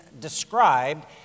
described